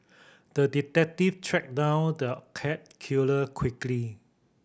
the detective tracked down the cat killer quickly